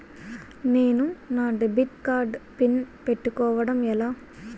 నేను నా debit card pin పెట్టుకోవడం ఎలా?